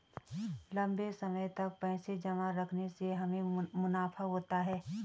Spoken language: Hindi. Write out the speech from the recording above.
लंबे समय तक पैसे जमा रखने से हमें मुनाफा होता है